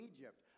Egypt